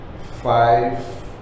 five